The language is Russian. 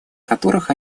которых